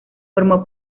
formó